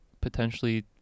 potentially